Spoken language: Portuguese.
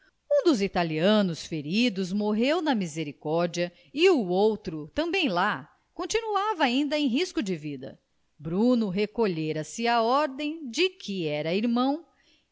um dos italianos feridos morreu na misericórdia e o outro também lá continuava ainda em risco de vida bruno recolhera-se à ordem de que era irmão